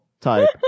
type